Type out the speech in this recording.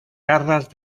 garras